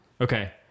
Okay